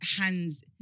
hands